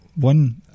One